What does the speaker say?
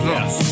Yes